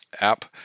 app